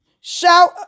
Shout